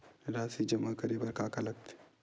राशि जमा करे बर का का लगथे?